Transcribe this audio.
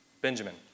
Benjamin